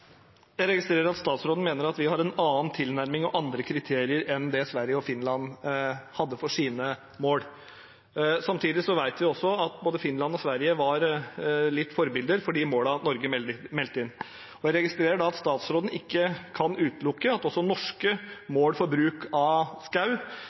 Jeg registrerer at statsråden mener at vi har en annen tilnærming og andre kriterier enn det Sverige og Finland hadde for sine mål. Samtidig vet vi også at både Finland og Sverige var forbilder for de målene Norge meldte inn. Jeg registrerer at statsråden ikke kan utelukke at også norske